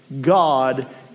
God